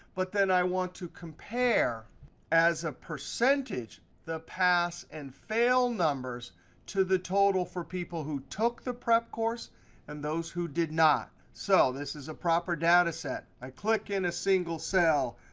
but then i want to compare as a percentage the pass and fail numbers to the total for people who took the prep course and those who did not. so this is a proper data set. i click in a single cell,